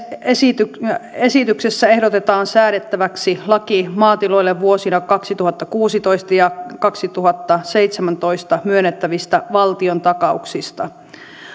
esityksessä esityksessä ehdotetaan säädettäväksi laki maatiloille vuosina kaksituhattakuusitoista ja kaksituhattaseitsemäntoista myönnettävistä valtiontakauksista